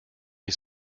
ich